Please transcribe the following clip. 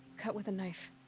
cut with a knife.